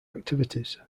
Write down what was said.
activities